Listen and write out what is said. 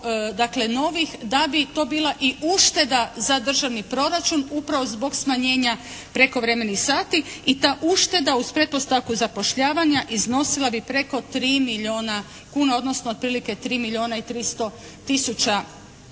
da bi to bila i ušteda za državni proračun upravo zbog smanjenja prekovremenih sati i ta ušteda uz pretpostavku zapošljavanja iznosila bi preko 3 milijuna kuna odnosno otprilike 3 milijuna i 300 tisuća kuna